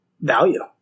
value